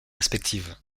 respective